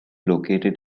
located